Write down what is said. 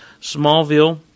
Smallville